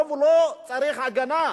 הרוב לא צריך הגנה,